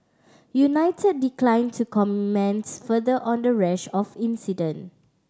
united declined to comments further on the rash of incident